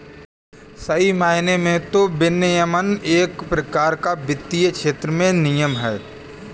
सही मायने में तो विनियमन एक प्रकार का वित्तीय क्षेत्र में नियम है